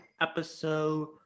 episode